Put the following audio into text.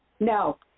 No